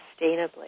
sustainably